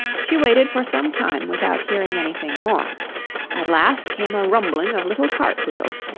she waited for some time without hearing anything more at last came a rumbling of little cartwheels,